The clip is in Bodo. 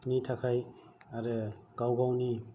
नि थाखाय आरो गाव गावनि